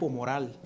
moral